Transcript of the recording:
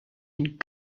une